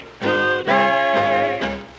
today